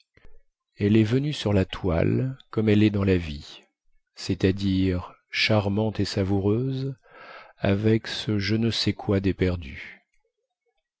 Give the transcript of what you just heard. elle est venue sur la toile comme elle est dans la vie cest àdire charmante et savoureuse avec ce je ne sais quoi déperdu